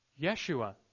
Yeshua